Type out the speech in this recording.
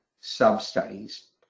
sub-studies